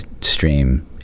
stream